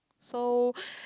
so